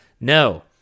No